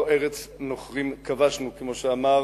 לא ארץ נוכרים כבשנו, כמו שאמר